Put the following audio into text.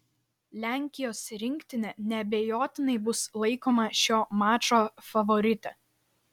lenkijos rinktinė neabejotinai bus laikoma šio mačo favorite